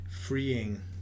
freeing